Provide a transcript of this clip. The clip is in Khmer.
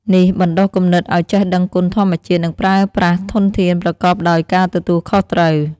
នេះបណ្ដុះគំនិតឲ្យចេះដឹងគុណធម្មជាតិ និងប្រើប្រាស់ធនធានប្រកបដោយការទទួលខុសត្រូវ។